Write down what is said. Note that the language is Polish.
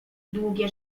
długie